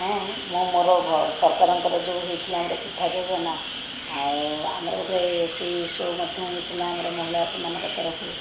ହଁ ମୁଁ ମୋର ଭ ସରକାରଙ୍କର ଯେଉଁ ହୋଇଥିଲା ଆମର ପିଠା ଯୋଜନା ଆଉ ଆମର ଗୋଟିଏ ରୋଷେଇ ସୋ ମଧ୍ୟ ହୋଇଥିଲା ଆମର ମହିଳାମାନଙ୍କ ତରଫରୁ